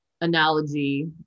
analogy